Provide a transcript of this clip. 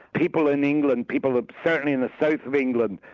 people in england, people ah certainly in the south of england,